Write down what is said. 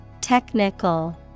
Technical